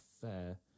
fair